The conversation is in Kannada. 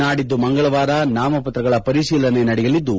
ನಾಡಿದ್ದು ಮಂಗಳವಾರ ನಾಮಪತ್ರಗಳ ಪರಿಶೀಲನೆ ನಡೆಯಲಿದ್ದು